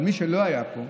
אבל מי שלא היה פה,